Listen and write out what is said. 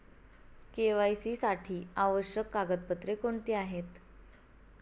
KYC साठी आवश्यक कागदपत्रे कोणती आहेत?